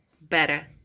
better